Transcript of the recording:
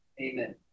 Amen